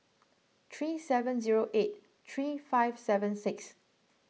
three seven zero eight three five seven six